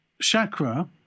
chakra